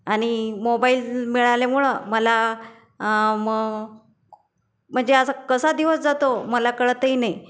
आणि मोबाईल मिळाल्यामुळं मला म म्हणजे असं कसा दिवस जातो मला कळतही नाही